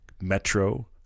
Metro